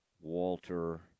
Walter –